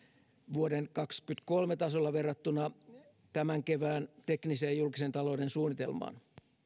vuoden kaksikymmentäkolme tasolla verrattuna tämän kevään tekniseen julkisen talouden suunnitelmaan